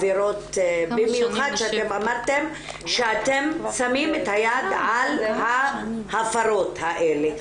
במיוחד שאתם אמרתם שאתם שמים את היד על ההפרות האלה.